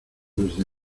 desde